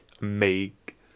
make